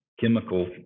chemical